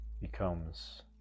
becomes